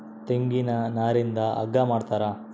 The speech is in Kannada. ತೆಂಗಿನ ನಾರಿಂದ ಹಗ್ಗ ಮಾಡ್ತಾರ